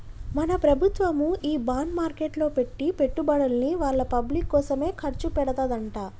మన ప్రభుత్వము ఈ బాండ్ మార్కెట్లో పెట్టి పెట్టుబడుల్ని వాళ్ళ పబ్లిక్ కోసమే ఖర్చు పెడతదంట